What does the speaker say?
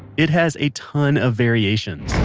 it has a ton of variations